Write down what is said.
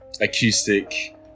acoustic